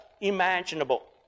imaginable